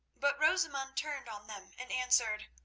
but rosamund turned on them and answered